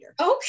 Okay